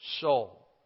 soul